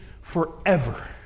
forever